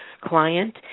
client